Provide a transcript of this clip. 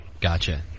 Gotcha